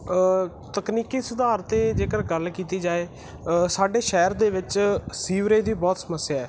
ਤਕਨੀਕੀ ਸੁਧਾਰ ਤੇ ਜੇਕਰ ਗੱਲ ਕੀਤੀ ਜਾਏ ਸਾਡੇ ਸ਼ਹਿਰ ਦੇ ਵਿੱਚ ਸੀਵਰੇਜ ਦੀ ਬਹੁਤ ਸਮੱਸਿਆ ਐ